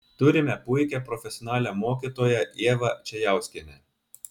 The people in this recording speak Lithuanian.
turime puikią profesionalią mokytoją ievą čejauskienę